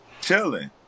chilling